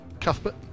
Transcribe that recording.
Cuthbert